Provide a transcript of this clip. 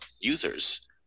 users